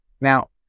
Now